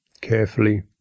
carefully